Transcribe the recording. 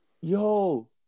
yo